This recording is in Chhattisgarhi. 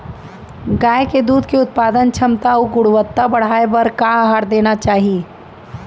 गाय के दूध के उत्पादन क्षमता अऊ गुणवत्ता बढ़ाये बर का आहार देना चाही?